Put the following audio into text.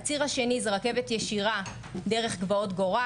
הציר השני זו רכבת ישירה דרך גבעות גורל.